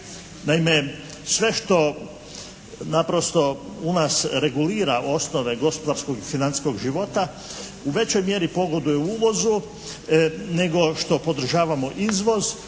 Naime, sve što naprosto u nas regulira osnove gospodarskog i financijskog života u većoj mjeri pogoduje uvozu nego što podržavamo izvoz.